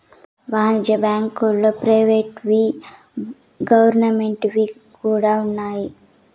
వాణిజ్య బ్యాంకుల్లో ప్రైవేట్ వి గవర్నమెంట్ వి కూడా ఉన్నాయి